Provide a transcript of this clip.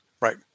right